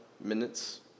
minutes